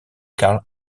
karl